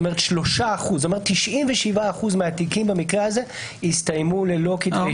זה 3%. זה אומר ש-97% מהתיקים האלה הסתיימו בלא כתבי אישום.